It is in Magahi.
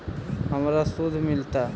हमरा शुद्ध मिलता?